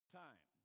time